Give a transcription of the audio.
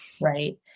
Right